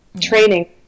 training